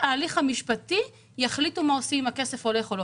אבל מה שאני כן חושש מהחוק הזה זה מההשלכות שעלולות להיות לו.